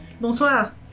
Bonsoir